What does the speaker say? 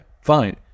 fine